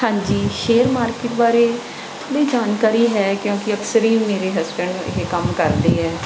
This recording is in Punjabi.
ਹਾਂਜੀ ਸ਼ੇਅਰ ਮਾਰਕੀਟ ਬਾਰੇ ਥੋੜ੍ਹੀ ਜਾਣਕਾਰੀ ਹੈ ਕਿਉਂਕਿ ਅਕਸਰ ਹੀ ਮੇਰੇ ਹਸਬੈਂਡ ਇਹ ਕੰਮ ਕਰਦੇ ਹੈ